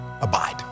abide